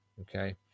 Okay